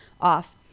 off